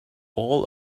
all